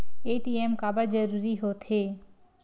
ATM काबर जरूरी हो थे?